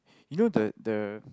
you know the the